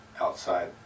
outside